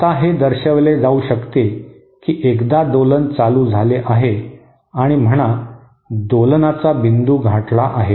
आता हे दर्शविले जाऊ शकते की एकदा दोलन चालू झाले आहे आणि म्हणा दोलनाचा बिंदू गाठला आहे